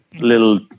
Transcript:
little